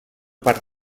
part